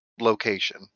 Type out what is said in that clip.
location